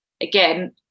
again